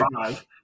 five